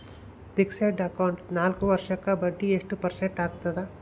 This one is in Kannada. ಫಿಕ್ಸೆಡ್ ಅಕೌಂಟ್ ನಾಲ್ಕು ವರ್ಷಕ್ಕ ಬಡ್ಡಿ ಎಷ್ಟು ಪರ್ಸೆಂಟ್ ಆಗ್ತದ?